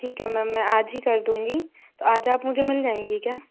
ठीक है मैम मैं आज ही कर दूँगी तो आज आप मुझे मिल जाएंगी क्या